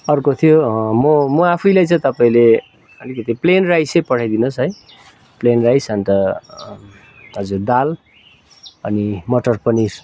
अर्को थियो म म आफैलाई चाहिँ तपाईँले अलिकति प्लेन राइसै पठाइदिनुहोस् है प्लेन राइस अन्त हजुर दाल अनि मटर पनिर